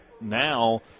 now